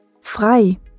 frei